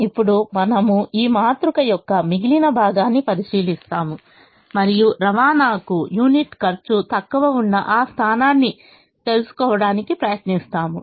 ఇప్పుడు మనము ఈ మాతృక యొక్క మిగిలిన భాగాన్ని పరిశీలిస్తాము మరియు రవాణాకు యూనిట్ ఖర్చు తక్కువ ఉన్న ఆ స్థానాన్ని తెలుసుకోవడానికి ప్రయత్నిస్తాము